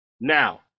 Now